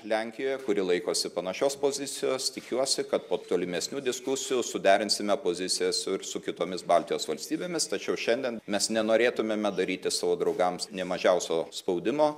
lenkijoje kuri laikosi panašios pozicijos tikiuosi kad po tolimesnių diskusijų suderinsime pozicijas ir su kitomis baltijos valstybėmis tačiau šiandien mes nenorėtumėme daryti savo draugams nė mažiausio spaudimo